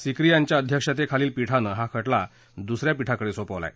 सीकरी यांच्या अध्यक्षतेखालील पीठानं हा खटला दुस या पीठाकडे सोपवला आहे